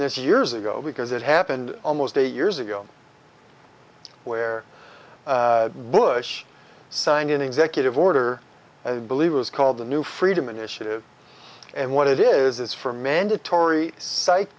this years ago because it happened almost eight years ago where bush signed an executive order i believe was called the new freedom initiative and what it is is for mandatory